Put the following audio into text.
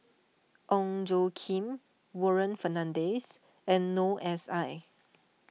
Ong Tjoe Kim Warren Fernandez and Noor S I